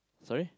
sorry